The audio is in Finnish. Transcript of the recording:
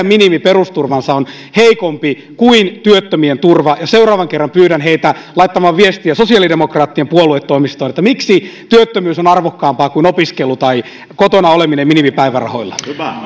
minimiperusturva on heikompi kuin työttömien turva seuraavan kerran pyydän heitä laittamaan viestiä sosiaalidemokraattien puoluetoimistoon että miksi työttömyys on arvokkaampaa kuin opiskelu tai kotona oleminen minimipäivärahoilla